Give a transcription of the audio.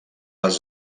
les